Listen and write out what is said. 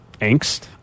angst